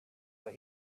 but